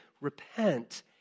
repent